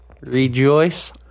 Rejoice